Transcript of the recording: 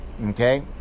Okay